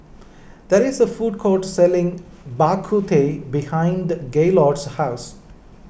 there is a food court selling Bak Kut Teh behind Gaylord's house